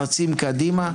רצים קדימה.